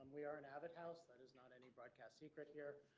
we are in ah that house. that is not any broadcast secret here.